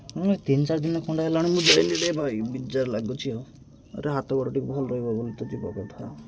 ମାନେ ତିନି ଚାରି ଦିନ ଖଣ୍ଡେ ହେଲାଣି ମୁଁ ଯାଇନି ରେ ଭାଇ ବିଜାର ଲାଗୁଚି ଆଉ ଏ ହାତ ଗୋଡ଼ ଟିକେ ଭଲ ରହିବ ବୋଲି ତ ଯିବା କଥା